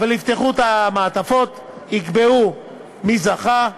אבל יפתחו את המעטפות, יקבעו מי זכה,